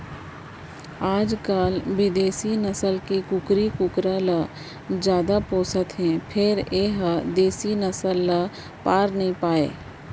आजकाल बिदेसी नसल के कुकरी कुकरा ल जादा पोसत हें फेर ए ह देसी नसल ल पार नइ पावय